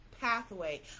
pathway